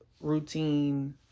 routine